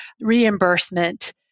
reimbursement